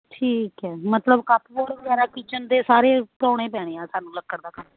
ਠੀਕ ਹੈ ਮਤਲਬ ਕੱਪਬੋਰਡ ਵਗੈਰਾ ਕਿਚਨ ਦੇ ਸਾਰੇ ਪਾਉਣੇ ਪੈਣੇ ਆ ਸਾਨੂੰ ਲੱਕੜ ਦਾ ਕੰਮ